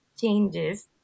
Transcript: changes